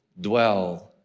dwell